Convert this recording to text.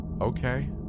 Okay